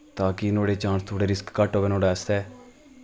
ता कि नुआढ़े चांस थोह्ड़े रिस्क घट्ट होऐ नुआढ़े आस्तै